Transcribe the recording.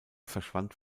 verschwand